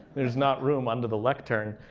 there's not room under the lectern.